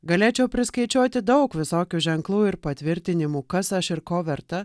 galėčiau priskaičiuoti daug visokių ženklų ir patvirtinimų kas aš ir ko verta